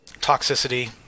toxicity